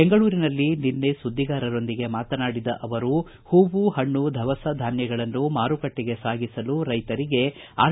ಬೆಂಗಳೂರಿನಲ್ಲಿ ನಿನ್ನೆ ಸುದ್ವಿಗಾರೊಂದಿಗೆ ಮಾತನಾಡಿದ ಅವರು ಹೂವು ಹಣ್ಣು ಧವಸ ಧಾನ್ವಗಳನ್ನು ಮಾರುಕಟ್ಟಿಗೆ ಸಾಗಿಸಲು ರೈತರಿಗೆ ಆರ್